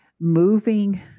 moving